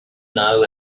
know